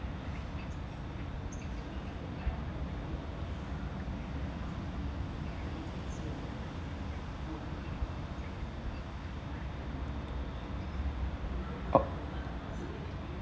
o~